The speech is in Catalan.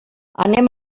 anem